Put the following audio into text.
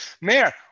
Mayor